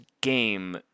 game